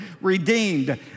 redeemed